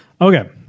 Okay